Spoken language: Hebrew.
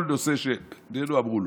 כל נושא שהעלינו, אמרו לא.